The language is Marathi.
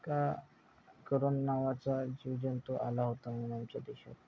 का करून नावाचा जीवजंतू आला होता म्हणून आमच्या देशात